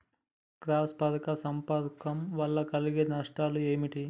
Cross పరాగ సంపర్కం వల్ల కలిగే నష్టాలు ఏమిటి?